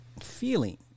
feeling